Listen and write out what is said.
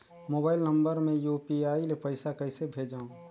Mobile number मे UPI ले पइसा कइसे भेजवं?